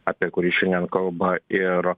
apie kurį šiandien kalba ir